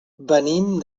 venim